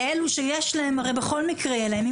לאלו שיש להם הרי בכל מקרה יהיה להם.